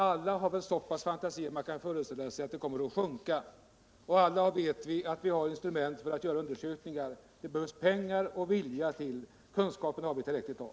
Alla har väl så pass mycket fantasi att de kan föreställa sig att prospekteringsverksamheten kommer att minska, och alla vet att vi har instrument för att göra undersökningar. Det behövs pengar och vilja —- kunskaper har vi tillräckligt av.